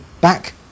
back